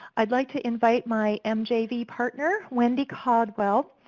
i'd like to invite my mjv partner, wendy caldwell,